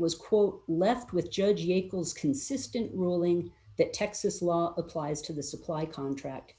was quote left with judge equals consistent ruling that texas law applies to the supply contract